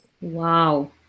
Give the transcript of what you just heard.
Wow